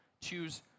choose